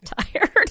tired